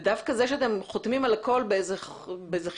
דווקא זה שאתם חותמים על הכול באיזה חיסיון